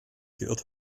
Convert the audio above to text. geirrt